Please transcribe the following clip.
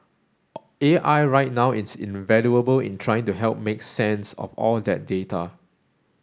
A I right now is invaluable in trying to help make sense of all that data